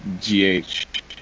G-H